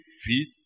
feed